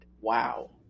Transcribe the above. Wow